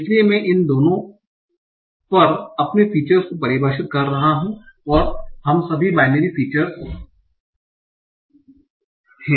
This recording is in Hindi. इसलिए मैं इस दोनों पर अपने फीचर्स को परिभाषित कर रहा हूं और हम सभी बाइनेरी फीचर्स हैं